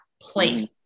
place